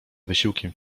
wysiłkiem